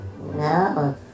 No